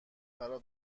فرا